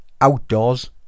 outdoors